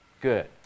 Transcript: good